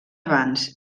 abans